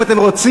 אם אתם רוצים,